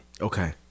Okay